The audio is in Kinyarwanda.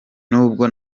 n’ubwo